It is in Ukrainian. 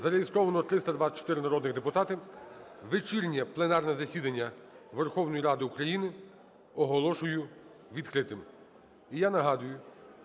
Зареєстровано 324 народних депутати. Вечірнє пленарне засідання Верховної Ради України оголошую відкритим.